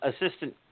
assistant